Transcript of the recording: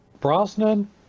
Brosnan